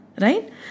right